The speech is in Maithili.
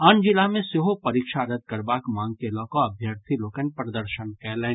आन जिला मे सेहो परीक्षा रद्द करबाक मांग के लऽकऽ अभ्यर्थी लोकनि प्रदर्शन कयलनि